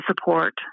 support